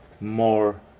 more